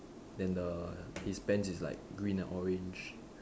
then the his pants is like green and orange